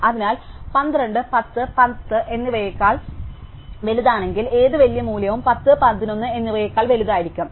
അതിനാൽ 12 10 11 എന്നിവയേക്കാൾ വലുതാണെങ്കിൽ ഏത് വലിയ മൂല്യവും 10 11 എന്നിവയേക്കാൾ വലുതായിരിക്കും